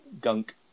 gunk